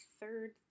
third